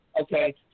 Okay